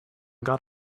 got